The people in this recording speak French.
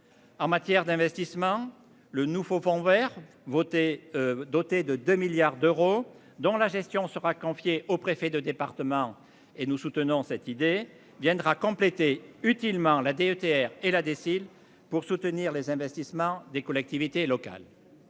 En matière d'investissements, le nouveau pont vers voter. Doté de 2 milliards d'euros, dont la gestion sera confiée au préfet de département et nous soutenons cette idée viendra compléter utilement la DETR, et la déciles pour soutenir les investissements des collectivités locales.